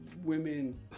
Women